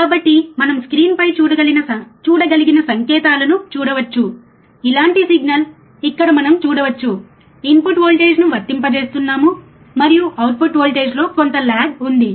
కాబట్టి మనం స్క్రీన్పై చూడగలిగిన సంకేతాలను చూడవచ్చు ఇలాంటి సిగ్నల్ ఇక్కడ మనం చూడవచ్చు ఇన్పుట్ వోల్టేజ్ను వర్తింపజేస్తున్నాము మరియు అవుట్పుట్ వోల్టేజ్లో కొంత లాగ్ ఉంది